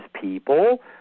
people